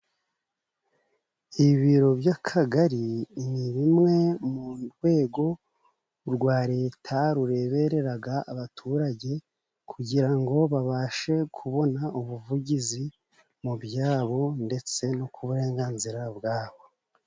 Ibiro by'Akagari ni bimwe mu rwego rwa Leta rureberera abaturage kugira ngo babashe kubona ubuvugizi mu byabo, ndetse no ku burenganzira bwabo.